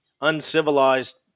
uncivilized